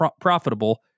profitable